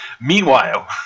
meanwhile